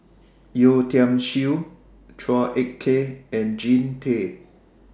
Yeo Tiam Siew Chua Ek Kay and Jean Tay